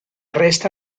resta